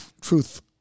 truth